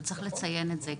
וצריך לציין את זה.